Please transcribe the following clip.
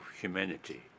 humanity